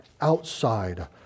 outside